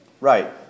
Right